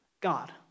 God